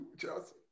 Chelsea